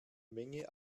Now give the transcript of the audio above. menge